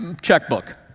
checkbook